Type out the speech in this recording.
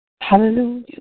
Hallelujah